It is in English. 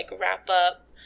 wrap-up